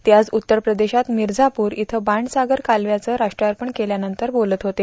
ते आज उत्तर प्रदेशात मिर्झापूर इथं बाणसागर कालव्याचं राष्ट्रार्पण केल्यानंतर बोलत होते